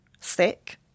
sick